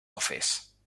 office